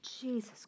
Jesus